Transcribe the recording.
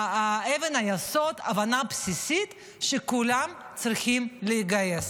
אבן היסוד: הבנה בסיסית שכולם צריכים להתגייס